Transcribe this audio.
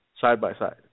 side-by-side